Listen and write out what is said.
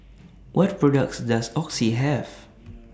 What products Does Oxy Have